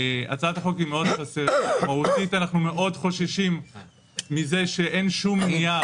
הצעת החוק מאוד חסרה ומהותית אנחנו מאוד חוששים מזה שאין שום נייר